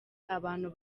abantu